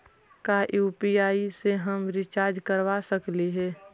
का यु.पी.आई से हम रिचार्ज करवा सकली हे?